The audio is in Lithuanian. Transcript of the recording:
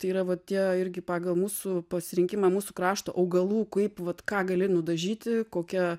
tai yra va tie irgi pagal mūsų pasirinkimą mūsų krašto augalų kaip vat ką gali nudažyti kokie